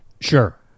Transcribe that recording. Sure